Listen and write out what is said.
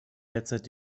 derzeit